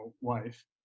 wife